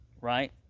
right